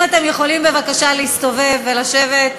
אם אתם יכולים בבקשה להסתובב ולשבת,